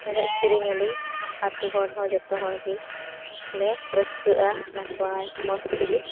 ᱮᱱᱮᱡᱼᱥᱮᱨᱮᱧᱟᱹᱞᱤᱧ ᱟᱛᱳ ᱦᱚᱲ ᱦᱚᱸ ᱡᱚᱛᱚ ᱦᱚᱲᱜᱮ ᱞᱮ ᱨᱟᱹᱥᱠᱟᱹᱼᱟ ᱱᱟᱯᱟᱭ ᱢᱚᱡᱽᱛᱮᱜᱮ